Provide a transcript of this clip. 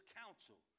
counsel